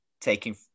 taking